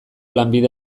lanbide